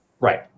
right